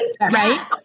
right